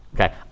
Okay